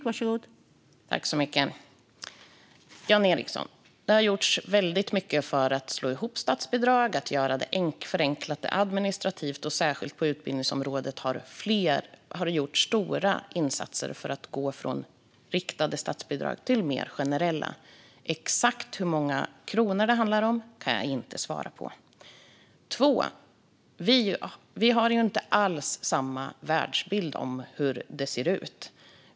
Fru talman! För det första, Jan Ericson, har det gjorts väldigt mycket för att slå ihop statsbidrag och förenkla det administrativa. Särskilt på utbildningsområdet har det gjorts stora insatser för att gå från riktade statsbidrag till mer generella, men exakt hur många kronor det handlar om kan jag inte svara på. För det andra har vi inte alls samma bild av hur det ser ut.